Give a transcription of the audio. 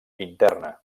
interna